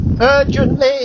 urgently